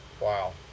Wow